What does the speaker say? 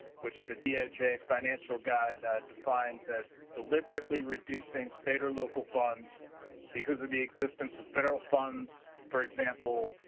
which the doj financial guide defines as deliberately reducing state or local funds because of the existence of federal funds. for example,